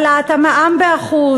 העלאת המע"מ ב-1%,